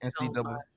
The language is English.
NCAA